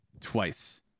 twice